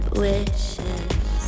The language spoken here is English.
wishes